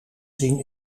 zien